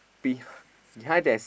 behind behind there's